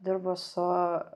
dirbu su